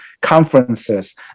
conferences